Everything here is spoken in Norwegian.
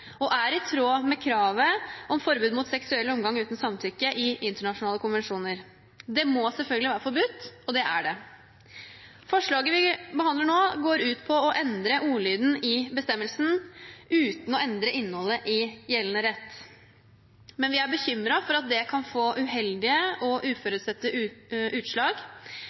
og er i tråd med kravet i internasjonale konvensjoner om forbud mot seksuell omgang uten samtykke. Det må selvfølgelig være forbudt, og det er det. Forslaget vi behandler nå, går ut på å endre ordlyden i bestemmelsen, uten å endre innholdet i gjeldende rett. Men vi er bekymret for at det kan få uheldige og uforutsette utslag,